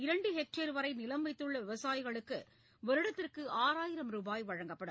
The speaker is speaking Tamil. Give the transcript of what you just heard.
இரண்டு ஹெக்டேர் வரை நிலம் வைத்துள்ள விவசாயிகளுக்கு வருடத்திற்கு ஆறாயிரம் ரூபாய் வழங்கப்படும்